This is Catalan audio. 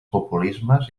populismes